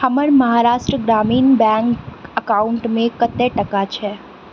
हमर महाराष्ट्र ग्रामीण बैंक अकाउंटमे कतेक टका छै